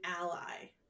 ally